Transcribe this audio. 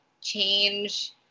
change